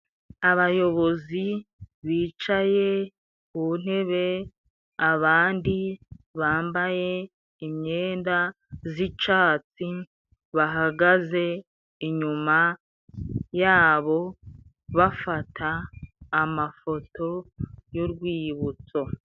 Abayobozi bicaye ku ntebe abandi bambaye imyenda z'icatsi, bahagaze inyuma yabo bafata amafoto y'urwibutso.